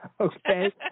okay